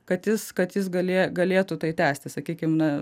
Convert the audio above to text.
kad jis kad jis galė galėtų tai tęsti sakykime na